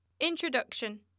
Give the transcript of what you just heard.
Introduction